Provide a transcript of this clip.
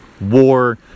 war